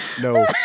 no